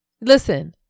Listen